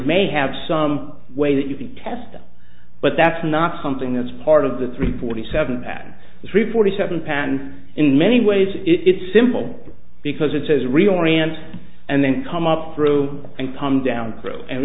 may have some way that you can test it but that's not something that's part of the three forty seven at three forty seven pan in many ways it's simple because it says reorient and then come up through and palm down